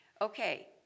okay